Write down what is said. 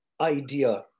idea